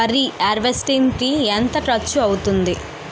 వరి హార్వెస్టింగ్ కి ఎంత ఖర్చు అవుతుంది?